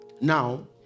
now